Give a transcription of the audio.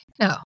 No